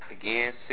Again